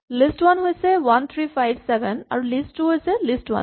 list one হৈছে ১ ৩ ৫ ৬ আৰু list two হৈছে লিষ্ট ৱান